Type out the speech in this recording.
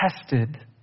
tested